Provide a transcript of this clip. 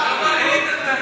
לא בריא להתעצבן.